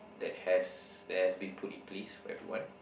that has that has been put in place for everyone